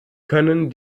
können